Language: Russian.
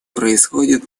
происходят